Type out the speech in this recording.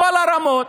בכל הרמות,